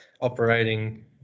operating